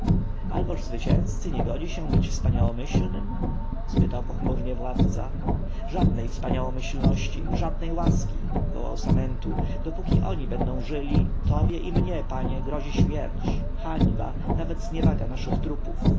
alboż zwycięzcy nie godzi się być wspaniałomyślnym spytał pochmurnie władca żadnej wspaniałomyślności żadnej łaski wołał samentu dopóki oni będą żyli tobie i mnie panie grozi śmierć hańba nawet zniewaga naszych trupów